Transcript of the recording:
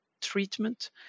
treatment